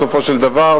בסופו של דבר,